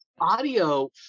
audio